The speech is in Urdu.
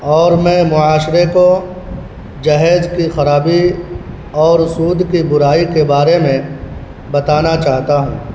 اور میں معاشرے کو جہیز کی خرابی اور سود کی برائی کے بارے میں بتانا چاہتا ہوں